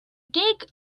dig